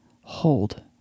Hold